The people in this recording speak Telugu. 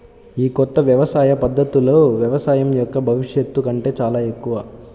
ఈ కొత్త వ్యవసాయ పద్ధతులు వ్యవసాయం యొక్క భవిష్యత్తు కంటే చాలా ఎక్కువ